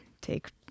take